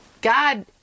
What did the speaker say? God